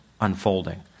unfolding